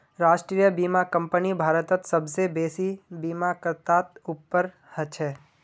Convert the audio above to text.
राष्ट्रीय बीमा कंपनी भारतत सबसे बेसि बीमाकर्तात उपर छ